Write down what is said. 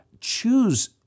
choose